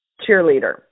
cheerleader